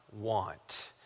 want